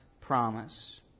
promise